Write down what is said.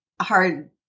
hard